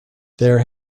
there